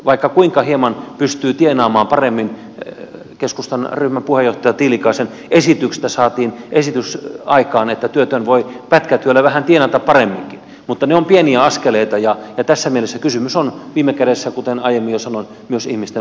vaikka kuinka pystyy tienaamaan hieman paremmin keskustan ryhmäpuheenjohtaja tiilikaisen esityksestä saatiin esitys aikaan että työtön voi pätkätyönä tienata vähän paremminkin niin ne ovat pieniä askeleita ja tässä mielessä kysymys on viime kädessä kuten aiemmin samaa kysymystä